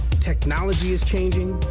technology is changing.